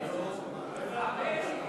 זה אב"ד, אב בית-דין.